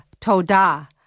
toda